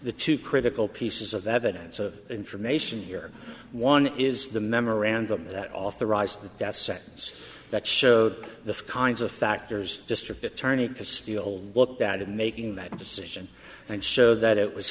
the two critical pieces of evidence of information here one is the memorandum that authorized the death sentence that showed the kinds of factors district attorney to steal looked at in making that decision and so that it was